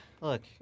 Look